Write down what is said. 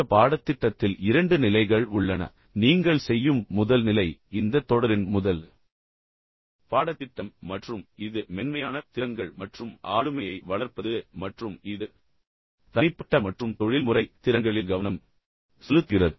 இந்த பாடத்திட்டத்தில் இரண்டு நிலைகள் உள்ளன நீங்கள் இப்போது செய்யும் முதல் நிலை இந்தத் தொடரின் முதல் பாடத்திட்டம் மற்றும் இது மென்மையான திறன்கள் மற்றும் ஆளுமையை வளர்ப்பது மற்றும் இது தனிப்பட்ட மற்றும் தொழில்முறை திறன்களில் கவனம் செலுத்துகிறது